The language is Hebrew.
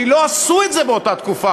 כי לא עשו את זה באותה תקופה,